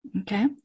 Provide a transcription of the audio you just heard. Okay